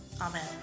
Amen